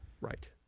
Right